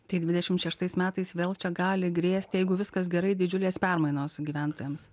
tai dvidešim šeštais metais vėl čia gali grėsti jeigu viskas gerai didžiulės permainos gyventojams